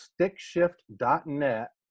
stickshift.net